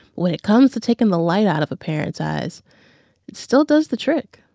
when it comes to taking the light out of a parent's eyes, it still does the trick